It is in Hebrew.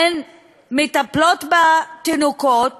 הן מטפלות בתינוקות